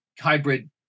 hybrid